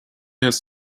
has